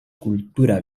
kultura